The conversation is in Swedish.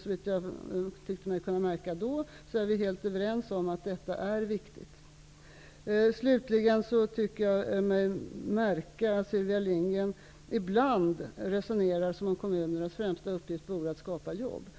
Såvitt jag då tyckte mig kunna märka är vi helt överens om att detta är viktigt. Slutligen tycker jag mig märka att Sylvia Lindgren ibland resonerar som om kommunernas främsta uppgift är att skapa jobb.